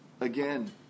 again